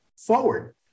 forward